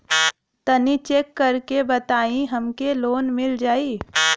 तनि चेक कर के बताई हम के लोन मिल जाई?